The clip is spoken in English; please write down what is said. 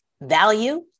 value